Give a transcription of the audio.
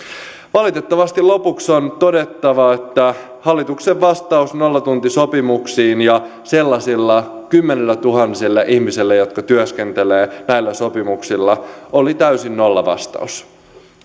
valitettavasti lopuksi on todettava että hallituksen vastaus nollatuntisopimuksiin ja sellaisille kymmenilletuhansille ihmisille jotka työskentelevät näillä sopimuksilla oli täysin nollavastaus